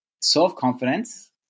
self-confidence